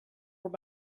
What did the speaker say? were